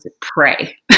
pray